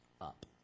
up